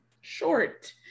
short